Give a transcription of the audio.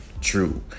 true